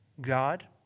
God